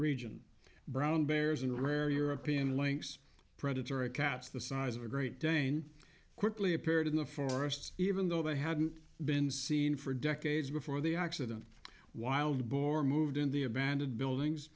region brown bears in rare european links predatory cats the size of a great dane quickly appeared in the forests even though they hadn't been seen for decades before the accident wild boar moved in the abandoned buildings